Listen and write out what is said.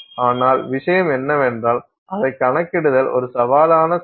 ஆனால் விஷயம் என்னவென்றால் அதை கணக்கிடுதல் ஒரு சவாலான செயல்